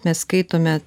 mes skaitome